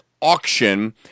auction